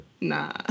nah